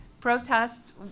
protest